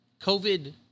COVID